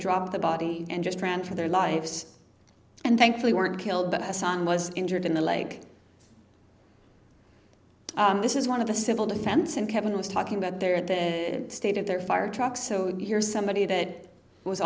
drop the body and just ran for their lives and thankfully weren't killed but a son was injured in the leg this is one of the civil defense and kevin was talking about there at the state of their fire trucks so here is somebody that was